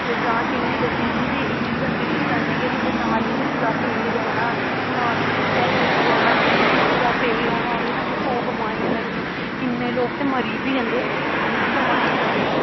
ते जां केइयें लोकें दी ते इ'यां गंदगी कन्नै जेल्लै नालियें कूड़ा पेई रौह्ना नालें च कूड़ा पेई रौह्ना गलियें कूड़ पेई रौह्ना ओह्दे कन्नै सौ बमारियां लगदियां किन्ने लोक ते मरी बी जंदे न इनें बमारियें कन्नै गै